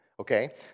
Okay